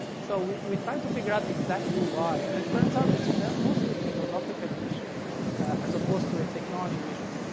so we we tried to figure out exactly why, and it turns out it's mostly a philosophical issue as opposed to a technology issue.